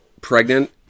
pregnant